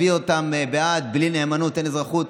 להביא אותם בעד "בלי נאמנות אין אזרחות".